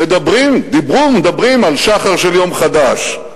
מדברים דיברו ומדברים, על שחר של יום חדש.